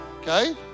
okay